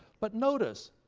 but notice,